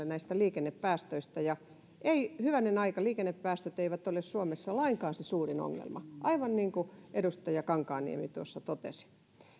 näistä liikennepäästöistä kokoomuksen ryhmälle hyvänen aika liikennepäästöt eivät ole suomessa lainkaan se suurin ongelma aivan niin kuin edustaja kankaanniemi tuossa totesi